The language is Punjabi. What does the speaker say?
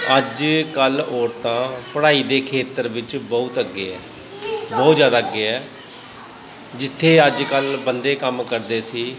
ਅੱਜ ਕੱਲ੍ਹ ਔਰਤਾਂ ਪੜ੍ਹਾਈ ਦੇ ਖੇਤਰ ਵਿੱਚ ਬਹੁਤ ਅੱਗੇ ਹੈ ਬਹੁਤ ਜ਼ਿਆਦਾ ਅੱਗੇ ਹੈ ਜਿੱਥੇ ਅੱਜ ਕੱਲ੍ਹ ਬੰਦੇ ਕੰਮ ਕਰਦੇ ਸੀ